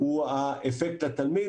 של פיתוח מקצועי,